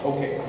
Okay